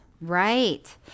Right